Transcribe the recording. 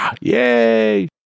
Yay